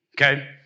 Okay